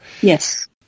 Yes